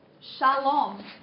shalom